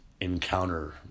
encounter